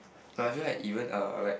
like I feel like even uh like